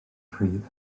rhydd